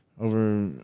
Over